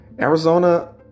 Arizona